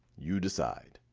you decide.